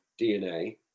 DNA